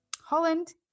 Holland